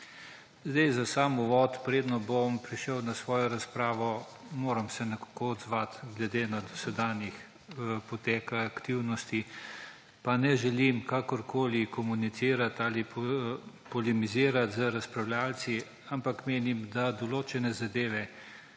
vam! Za sam uvod, preden bom prišel na svojo razpravo, se moram odzvati glede na dosedanji potek aktivnosti, pa ne želim kakorkoli komunicirati ali polemizirati z razpravljavci, ampak menim, da določene zadeve,